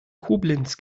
koblenz